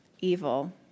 evil